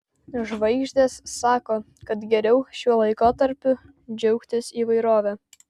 žvaigždės sako kad geriau šiuo laikotarpiu džiaugtis įvairove